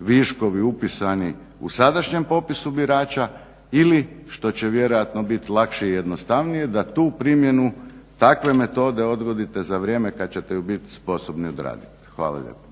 viškovi upisani u sadašnjem popisu birača ili što će vjerojatno biti lakše i jednostavnije da tu primjenu takve metode odgodite za vrijeme kada ćete biti sposobni odraditi. Hvala lijepo.